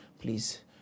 Please